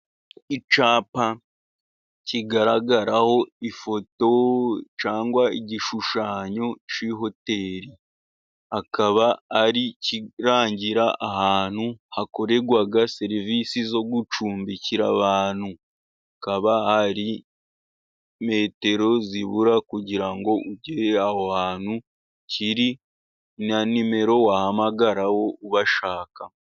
Icyapa kigaragaraho ifoto cyangwa igishushanyo cya hoteri, akaba ari ikirangira ahantu hakorerwa serivisi zo gucumbikira abantu, hakaba hari metero zibura kugira ngo ugere aho ahantu kiri na nimero wahamagaraho ubashaka.